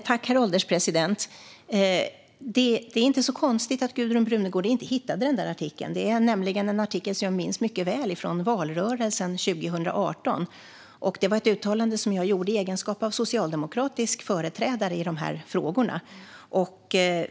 Herr ålderspresident! Det är inte så konstigt att Gudrun Brunegård inte hittade den där artikeln. Det är nämligen en artikel som jag minns mycket väl från valrörelsen 2018, och uttalandet gjorde jag i egenskap av socialdemokratisk företrädare i de här frågorna.